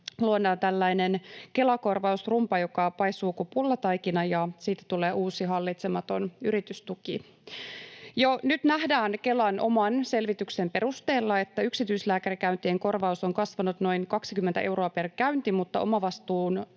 luodaan tällainen Kela-korvausrumba, joka paisuu kuin pullataikina, ja siitä tulee uusi hallitsematon yritystuki. Jo nyt nähdään Kelan oman selvityksen perusteella, että yksityislääkärikäyntien korvaus on kasvanut noin 20 euroa per käynti, mutta omavastuun